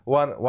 one